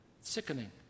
Sickening